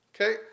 Okay